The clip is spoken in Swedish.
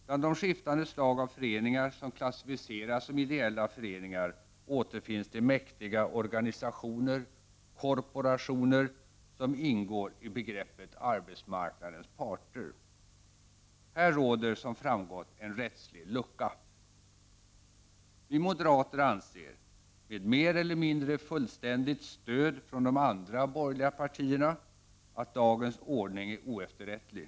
Bland de skiftande slag av föreningar som klassificeras som ideella föreningar återfinns de mäktiga organisationer, korporationer, som ingår i begreppet arbetsmarknadens parter. Här råder som framgått en rättslig lucka. Vi moderater anser - med mer eller mindre fullständigt stöd från de andra borgerliga partierna - att dagens ordning är oefterrättlig.